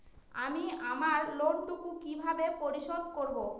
আমি আমার লোন টুকু কিভাবে পরিশোধ করব?